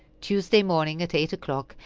tuesday morning, at eight o'clock,